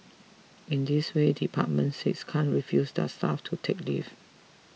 in this way department six can't refuse their staff to take leave